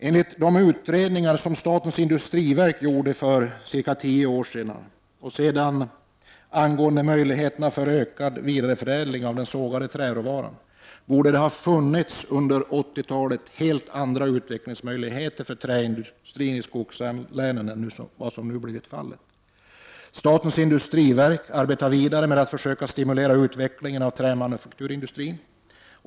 Enligt de utredningar som statens industriverk gjorde för cirka tio år sedan angående möjligheterna till ökad vidareförädling av den sågade träråvaran borde det under 80-talet ha funnits helt andra utvecklingsmöjligheter för träindustrin i skogslänen än som varit fallet. Statens industriverk arbetar vidare för att stimulera utvecklingen av trämanufakturindustrin.